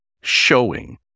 showing